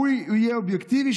אובייקטיבי,